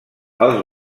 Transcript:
els